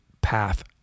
path